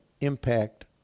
impact